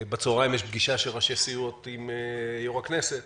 בצוהריים יש פגישה של ראשי סיעות עם יושב-ראש הכנסת